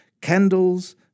candles